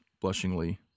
Blushingly